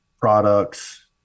products